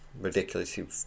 ridiculously